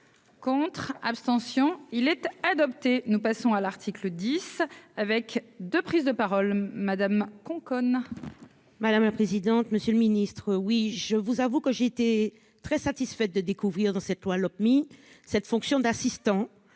contre, abstention il était adopté, nous passons à l'article 10 avec de prises de parole Madame Conconne. Madame la présidente, monsieur le Ministre, oui je vous avoue que j'ai été très satisfaite de découvrir dans cette loi Lopmi cette fonction d'assistant,